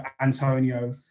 Antonio